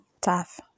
tough